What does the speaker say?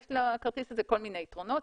יש לכרטיס הזה כל מיני יתרונות.